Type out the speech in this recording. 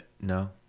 No